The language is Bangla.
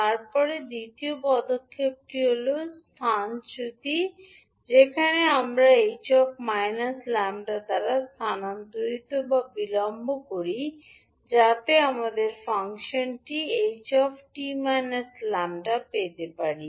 তারপরে দ্বিতীয় পদক্ষেপটি হল স্থানচ্যুতি যেখানে আমরা ℎ −𝜆 দ্বারা স্থানান্তরিত বা বিলম্ব করি যাতে আমরা ফাংশনটি h 𝑡 𝜆 পেতে পারি